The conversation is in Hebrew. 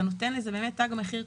נותנים לזה תו מחיר,